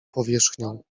powierzchnią